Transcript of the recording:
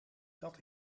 dat